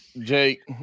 Jake